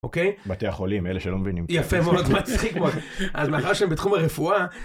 אוקיי, בתי החולים, אלה שלא מבינים, יפה מאוד, מצחיק מאוד, אז מאחר שהם בתחום הרפואה.